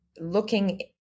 looking